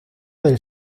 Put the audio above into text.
del